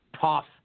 Tough